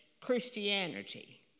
Christianity